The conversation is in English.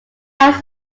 hours